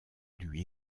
lui